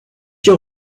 your